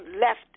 left